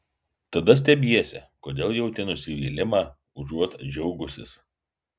tada stebiesi kodėl jauti nusivylimą užuot džiaugusis